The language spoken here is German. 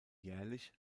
jährlich